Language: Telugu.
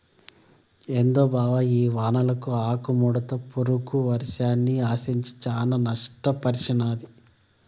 ఏందో బావ ఈ వానలకు ఆకుముడత పురుగు వరిసేన్ని ఆశించి శానా నష్టపర్సినాది